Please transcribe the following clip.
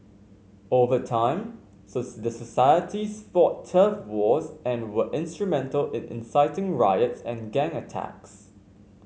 over time the societies fought turf wars and were instrumental in inciting riots and gang attacks